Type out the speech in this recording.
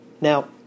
Now